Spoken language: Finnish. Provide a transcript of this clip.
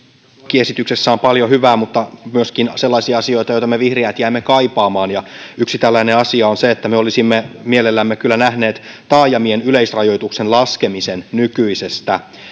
lakiesityksessä on paljon hyvää mutta on myöskin sellaisia asioita joita me vihreät jäämme kaipaamaan ja yksi tällainen asia on se että me olisimme mielellämme kyllä nähneet taajamien yleisrajoituksen laskemisen nykyisestä